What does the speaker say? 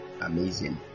amazing